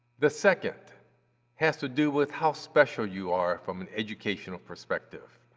the second has to do with how special you are from an educational perspective.